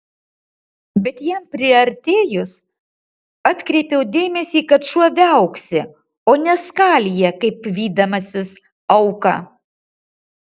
bet jam priartėjus atkreipiau dėmesį kad šuo viauksi o ne skalija kaip vydamasis auką